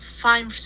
fine